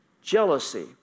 jealousy